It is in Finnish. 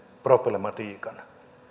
problematiikan